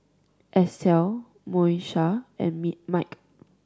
Estell Moesha and me Mike